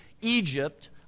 Egypt